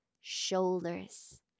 shoulders